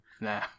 Nah